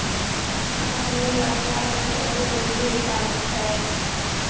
आज मुई अपनार बचपनोर कुण्डली निकली छी